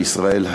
בישראל,